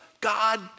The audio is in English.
God